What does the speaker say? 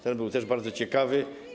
Ten był też bardzo ciekawy.